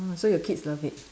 ah so your kids love it